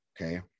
okay